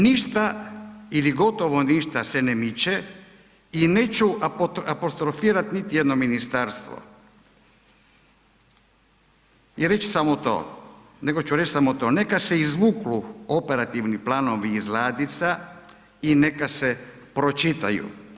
Ništa ili gotovo ništa se ne miče i neću apostrofirati niti jedno ministarstvo nego ću reći samo to, neka se izvuku operativni planovi iz ladica i neka se pročitaju.